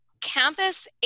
campus